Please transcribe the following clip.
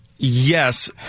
Yes